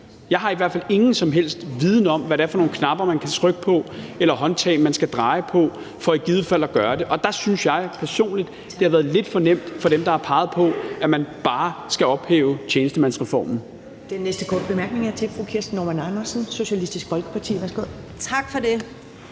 Jeg har i hvert fald ingen som helst viden om, hvad det er for nogle knapper, man kan trykke på, eller håndtag, man skal dreje på, for i givet fald at gøre det. Der synes jeg personligt, at det har været lidt for nemt for dem, der har peget på, at man bare skal ophæve tjenestemandsreformen.